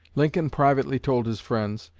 lincoln privately told his friends,